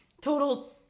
total